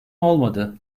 olmadı